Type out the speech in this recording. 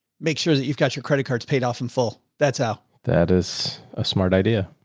make sure that you've got your credit cards paid off in full that's. how that is a smart idea.